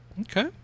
Okay